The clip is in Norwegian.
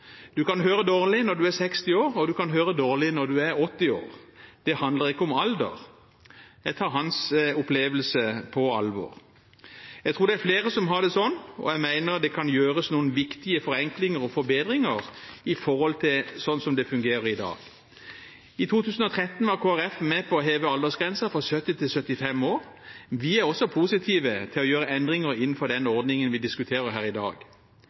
Du kan høre dårlig når du er 60 år, og du kan høre dårlig når du er 80 år. Det handler ikke om alder. Jeg tar hans opplevelse på alvor. Jeg tror det er flere som har det slik, og jeg mener det kan gjøres noen viktige forenklinger og forbedringer i forhold til slik som det fungerer i dag. I 2013 var Kristelig Folkeparti med på å heve aldersgrensen fra 70 til 75 år. Vi er også positive til å gjøre endringer innenfor denne ordningen vi diskuterer her i dag.